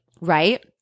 Right